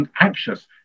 anxious